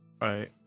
Right